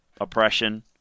oppression